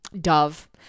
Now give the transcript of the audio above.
Dove